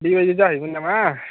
बेबायदि जाहैयोमोन नामा